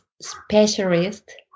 specialist